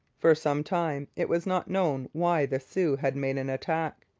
for some time it was not known why the sioux had made an attack,